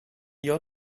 your